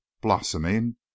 blossoming